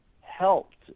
helped